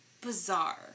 bizarre